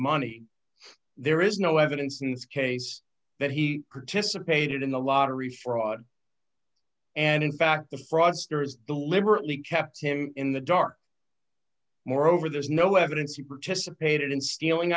money there is no evidence in this case that he participated in the lottery fraud and in fact the fraudsters the liberally kept him in the dark moreover there's no evidence he participated in stealing